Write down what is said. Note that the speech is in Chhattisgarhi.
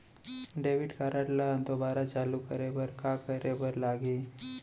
डेबिट कारड ला दोबारा चालू करे बर का करे बर लागही?